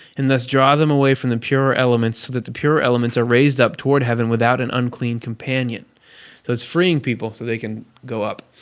and thus draw them away from the purer elements, so that the purer elements are raised up toward heaven without an unclean companion freeing people so they can go up.